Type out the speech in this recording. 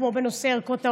כמו בנושא ערכות האונס,